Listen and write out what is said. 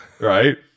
right